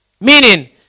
Meaning